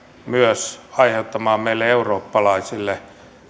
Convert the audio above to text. myös meille eurooppalaisille